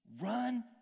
Run